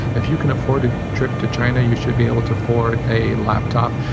if you can afford a trip to china, you should be able to afford a laptop.